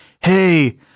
hey